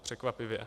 Překvapivě.